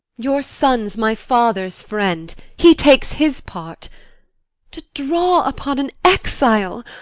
your son's my father's friend he takes his part to draw upon an exile!